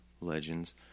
legends